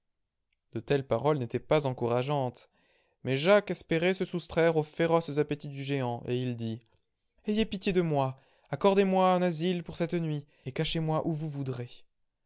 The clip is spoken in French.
de telles paroles n'étaient pas encourageantes mais jacques espérait se soustraire aux féroces appétits du géant et il dit ayez pitié de moi accordez-moi un asile pour cette nuit et cachez-moi où vous voudrez